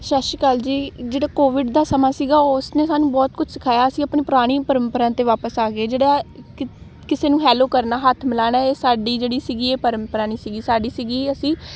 ਸਤਿ ਸ਼੍ਰੀ ਅਕਾਲ ਜੀ ਜਿਹੜਾ ਕੋਵਿਡ ਦਾ ਸਮਾਂ ਸੀਗਾ ਉਸ ਨੇ ਸਾਨੂੰ ਬਹੁਤ ਕੁਛ ਸਿਖਾਇਆ ਸੀ ਆਪਣੇ ਪੁਰਾਣੀ ਪਰੰਪਰਾ 'ਤੇ ਵਾਪਸ ਆ ਗਏ ਜਿਹੜਾ ਕ ਕਿਸੇ ਨੂੰ ਹੈਲੋ ਕਰਨਾ ਹੱਥ ਮਿਲਾਉਣਾ ਇਹ ਸਾਡੀ ਜਿਹੜੀ ਸੀਗੀ ਇਹ ਪਰੰਪਰਾ ਨਹੀਂ ਸੀਗੀ ਸਾਡੀ ਸੀਗੀ ਅਸੀਂ